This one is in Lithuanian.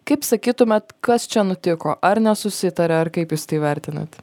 kaip sakytumėt kas čia nutiko ar nesusitaria ar kaip jūs tai vertinat